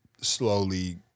slowly